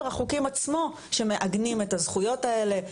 החוקים עצמו שמעגנים את הזכויות האלה,